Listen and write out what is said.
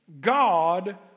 God